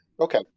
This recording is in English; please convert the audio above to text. Okay